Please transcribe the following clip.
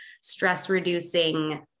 stress-reducing